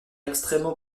extrêmement